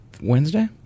Wednesday